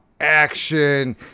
action